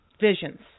visions